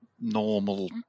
normal